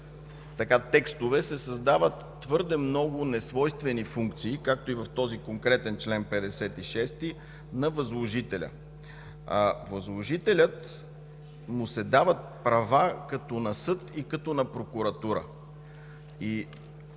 текстове се създават твърде много несвойствени функции, както и в този конкретен чл. 56, на възложителя. На възложителя му се дават права като на съд и като на прокуратура.